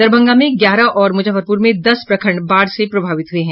दरभंगा में ग्यारह और मुजफ्फरपुर में दस प्रखंड बाढ़ से प्रभावित हुये हैं